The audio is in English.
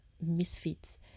misfits